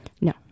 No